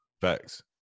Facts